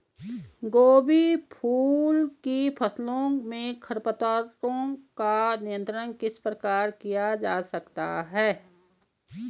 गोभी फूल की फसलों में खरपतवारों का नियंत्रण किस प्रकार किया जा सकता है?